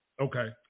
Okay